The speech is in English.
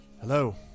hello